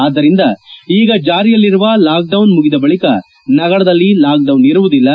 ಆದ್ದರಿಂದ ಈಗ ಚಾರಿಯಲ್ಲಿರುವ ಲಾಕೆಡೌನ್ ಮುಗಿದ ಬಳಿಕ ನಗರದಲ್ಲಿ ಲಾಕ್ಡೌನ್ ಇರುವುದಿಲ್ಲ